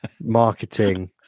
marketing